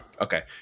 Okay